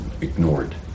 ignored